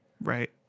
Right